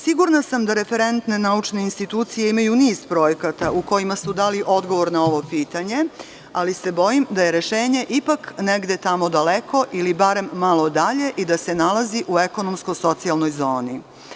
Sigurna sam da referentne naučne institucije imaju niz projekata u kojima su dali odgovor na ovo pitanje, ali se bojim da je rešenje ipak negde tamo daleko ili barem malo dalje i da se nalazi u ekonomsko-socijalnoj zoni.